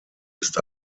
ist